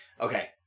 okay